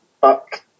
fuck